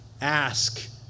ask